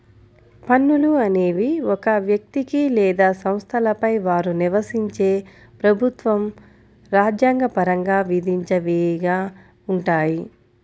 పన్నులు అనేవి ఒక వ్యక్తికి లేదా సంస్థలపై వారు నివసించే ప్రభుత్వం రాజ్యాంగ పరంగా విధించేవిగా ఉంటాయి